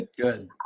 Good